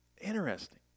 Interesting